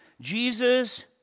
Jesus